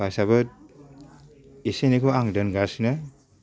फैसायाबो एसे एनैखौ आं दोनगासिनो